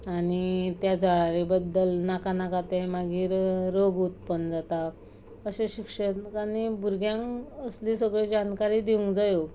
आनी त्या जळारी बद्दल नाका नाका तें मागीर रोग उत्पन्न जाता अशें शिक्षकांनी भुरग्यांक असली सगली जानकारी दिवंक जायो